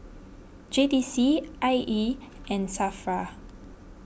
J T C I E and Safra